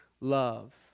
love